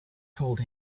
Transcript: told